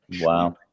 Wow